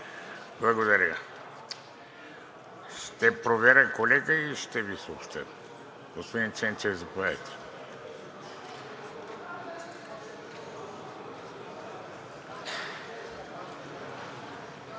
Благодаря. Ще проверя, колега, и ще Ви съобщя. Господин Ченчев, заповядайте.